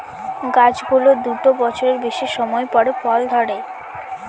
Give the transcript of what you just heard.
গাছ গুলোর দুটা বছরের বেশি সময় পরে ফল ধরে